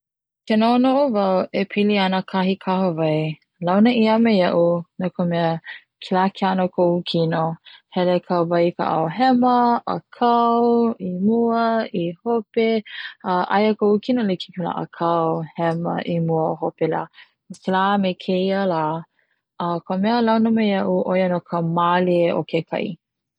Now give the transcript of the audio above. Ke no'ono' o wau e pili ana kahi kahawai launa 'ia me ia'u no ka mea kela kino hele ka wai i ka 'ao'ao hema, 'akau, i mua, i hope, a aia ko'u kino e like me kela 'akau, hema,i mua hope la kela me keia la a o ka mea a launa me ia'u 'o ia no ka malie o ke kai.